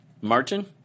Martin